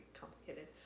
complicated